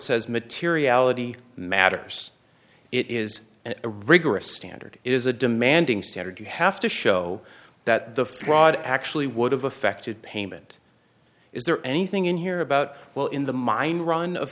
says materiality matters it is a rigorous standard it is a demanding standard you have to show that the fraud actually would have affected payment is there anything in here about well in the mine run of